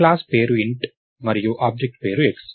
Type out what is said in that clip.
class పేరు Int మరియు object పేరు x